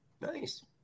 nice